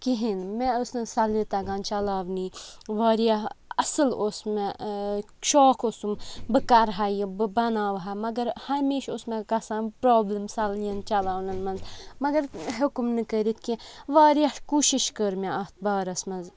کِہیٖنٛۍ مےٚ ٲس نہٕ سَلیہِ تَگان چَلاوٕنی وارِیاہ اَصٕل اوس مےٚ شوق اوسُم بہٕ کَرٕہا یہِ بہٕ بَناوٕہا مَگَر ہَمیشہِ اوس مےٚ گَژھان پرٛابلِم سَلِیَن چَلاونَن منٛز مَگَر ہیٚوکُم نہٕ کٔرِتھ کیٚنٛہہ وارِیاہ کوٗشِش کٔر مےٚ اَتھ بارَس منٛز